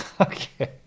Okay